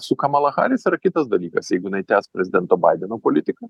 su kamala haris yra kitas dalykas jeigu inai tęs prezidento baideno politiką